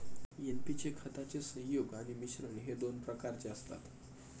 NP चे खताचे संयुग आणि मिश्रण हे दोन प्रकारचे असतात